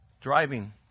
driving